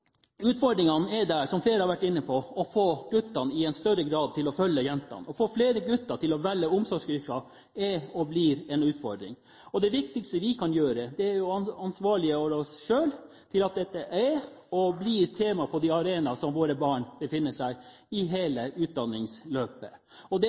Utfordringene er, som flere har vært inne på, å få guttene til å følge jentene i større grad. Å få flere gutter til å velge omsorgsyrker er og blir en utfordring. Det viktigste vi kan gjøre, er å ansvarliggjøre oss selv for at dette er og blir tema på de arenaer våre barn befinner seg på i hele utdanningsløpet, og ikke bare i barnehagen og på skolen, men også rundt kjøkkenbordet. Til det